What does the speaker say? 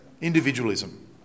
individualism